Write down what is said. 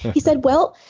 he said, well,